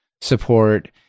support